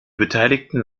beteiligten